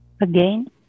again